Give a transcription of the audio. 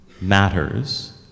matters